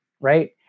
right